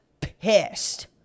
pissed